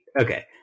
Okay